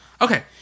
Okay